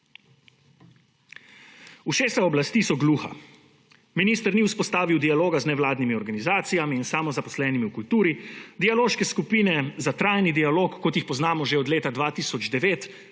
Ušesa oblasti so gluha. Minister ni vzpostavil dialoga z nevladnimi organizacijami in samozaposlenimi v kulturi, dialoške skupine za trajni dialog, kot jih poznamo že od leta 2009,